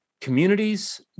communities